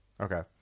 Okay